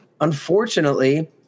unfortunately